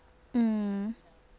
mm